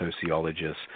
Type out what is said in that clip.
sociologists